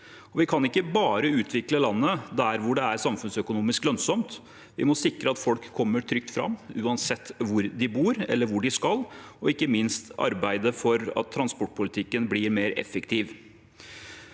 Vi kan ikke bare utvikle landet der hvor det er samfunnsøkonomisk lønnsomt. Vi må sikre at folk kommer trygt fram, uansett hvor de bor eller hvor de skal, og ikke minst arbeide for at transportpolitikken blir mer effektiv.